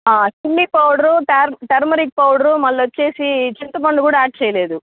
చిల్లి powder టర్మ turmeric powder మళ్ళీ వచ్చేసి చింతపడు కూడా యాడ్ చేయలేదు